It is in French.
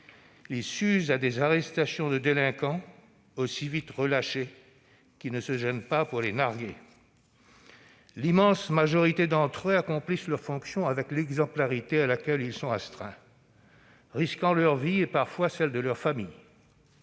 Ils s'usent à arrêter des délinquants aussi vite relâchés, qui ne se gênent pas pour les narguer. L'immense majorité d'entre eux accomplissent leurs fonctions avec l'exemplarité à laquelle ils sont astreints, risquant leur vie, parfois celle de leur famille.